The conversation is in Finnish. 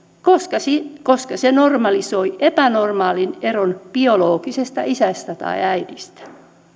koska se normalisoi epänormaalin eron biologisesta isästä tai äidistä